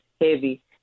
heavy